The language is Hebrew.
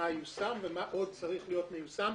מה יושם ומה עוד צריך להיות מיושם,